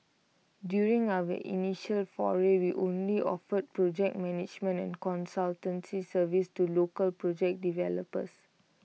during our initial foray we only offered project management and consultancy services to local project developers